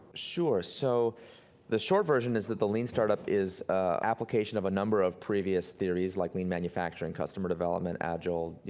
sure, so the short version is that the lean startup is a application of a number of previous theories, like lean manufacturing, customer development, agile, you